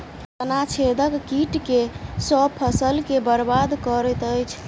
तना छेदक कीट केँ सँ फसल केँ बरबाद करैत अछि?